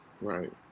right